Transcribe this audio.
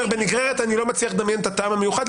בנגררת אני לא מצליח לדמיין את הטעם המיוחד,